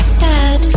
sad